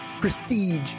Prestige